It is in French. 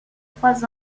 trois